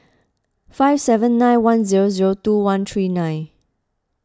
five seven nine one zero zero two one three nine